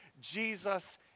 Jesus